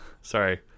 Sorry